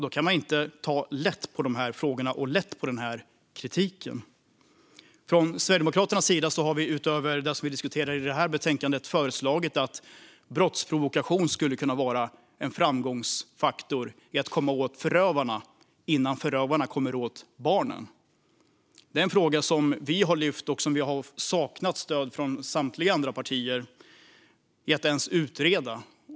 Då kan man inte ta lätt på de här frågorna och den här kritiken. Från Sverigedemokraternas sida har vi utöver det som vi diskuterar i det här betänkandet lagt fram ett förslag om brottsprovokation, som skulle kunna vara en framgångsfaktor för att komma åt förövarna innan förövarna kommer åt barnen. Det är en fråga som vi har lyft fram men som vi saknat stöd från samtliga andra partier för att ens utreda.